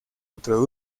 otro